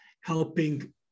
helping